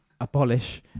abolish